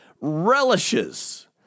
relishes